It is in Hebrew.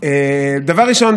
דבר ראשון,